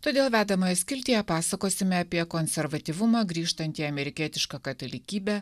todėl vedamoje skiltyje pasakosime apie konservatyvumą grįžtantį į amerikietišką katalikybę